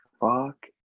Fuck